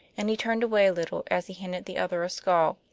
and he turned away a little as he handed the other a skull.